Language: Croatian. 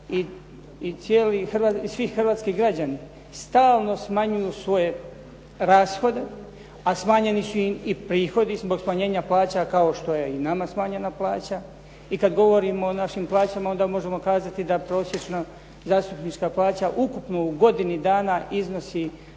i svi hrvatski građani stalno smanjuju svoje rashode, a smanjeni su im i prihodi zbog smanjenja plaća kao što je i nama smanjena plaća i kad govorimo o našim plaćama, onda možemo kazati da prosječna zastupnička plaća ukupno u godinu dana iznosi